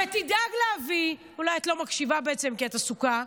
בעצם אולי את לא מקשיבה, כי את עסוקה,